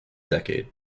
decade